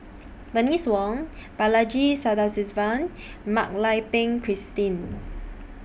Bernice Wong Balaji Sadasivan and Mak Lai Peng Christine